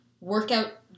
workout